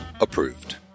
approved